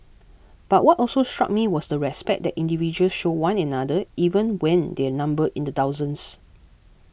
but what also struck me was the respect that individuals showed one another even when their numbered in the thousands